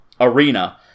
arena